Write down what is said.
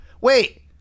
wait